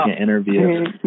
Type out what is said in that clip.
interview